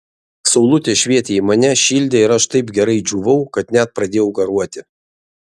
saulutė švietė į mane šildė ir aš taip gerai džiūvau kad net pradėjau garuoti